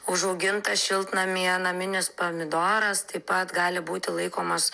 užaugintas šiltnamyje naminis pomidoras taip pat gali būti laikomas